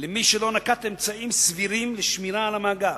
למי שלא נקט אמצעים סבירים לשמירה על המאגר,